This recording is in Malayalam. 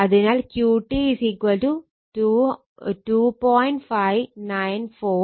അതിനാൽ QT 2